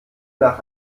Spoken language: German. nach